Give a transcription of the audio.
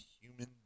human